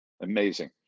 Amazing